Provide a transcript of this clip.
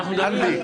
אנחנו עדיין בלי.